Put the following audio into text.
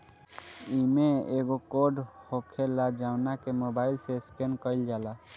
इमें एगो कोड होखेला जवना के मोबाईल से स्केन कईल जाला